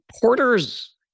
Porter's